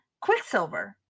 Quicksilver